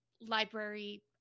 Library